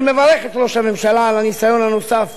אני מברך את ראש הממשלה על הניסיון הנוסף